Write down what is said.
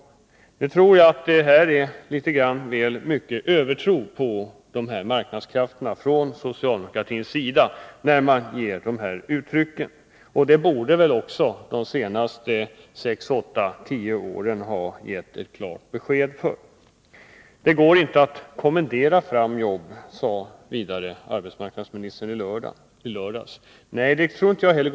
Jag tror att det är uttryck för en övertro på marknadskrafterna från socialdemokraternas sida. Det borde också de senaste 6-10 åren ha givit klart belägg för. Nr 26 Det går inte att kommendera fram jobb, sade arbetsmarknadsministern Måndagen den vidare i lördags. Nej, det tror inte jag heller.